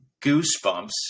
goosebumps